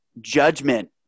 judgment